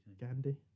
Gandhi